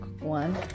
one